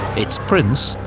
its prince,